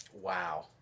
Wow